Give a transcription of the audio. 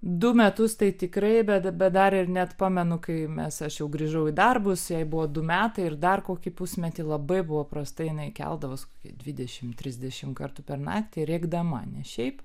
du metus tai tikrai bet bet dar ir net pamenu kai mes aš jau grįžau į darbus jai buvo du metai ir dar kokį pusmetį labai buvo prastai jinai keldavos dvidešimy trisdešimt kartų per naktį rėkdama ne šiaip